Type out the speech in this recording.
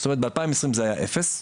זאת אומרת ב-2020 זה היה אפס,